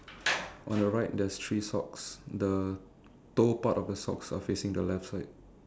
on the right there's three socks the toe part of the socks are facing the left side